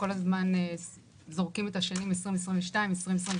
כל הזמן מתייחסים פה לשנים 2022 ו-2023